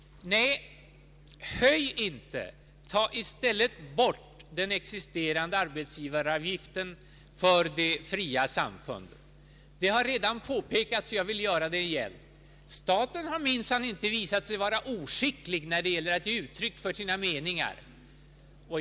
Nej, höj inte, tag i stället bort den existerande arbetsgivaravgiften för de fria samfunden! Det har redan påpekats att staten minsann inte har visat sig vara oskicklig när det gällt att ge uttryck för sina meningar.